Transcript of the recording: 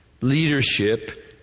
leadership